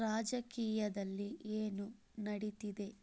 ರಾಜಕೀಯದಲ್ಲಿ ಏನು ನಡೀತಿದೆ